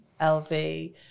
lv